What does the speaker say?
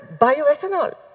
bioethanol